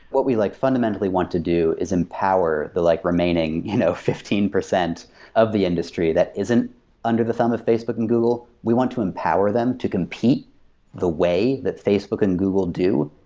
what we like fundamentally want to do is empower the like remaining you know fifteen percent of the industry that isn't under the thumb of facebook and google. we want to empower them to compete the way that facebook and google do.